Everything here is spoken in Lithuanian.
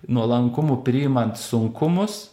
nuolankumu priimant sunkumus